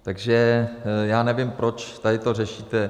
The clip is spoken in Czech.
Takže já nevím, proč tady to řešíte.